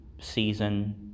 season